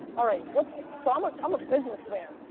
all right, what. so i'm ah um a businessman.